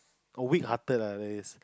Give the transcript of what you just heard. a weak hearted ah that is